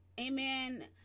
amen